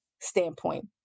standpoint